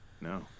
No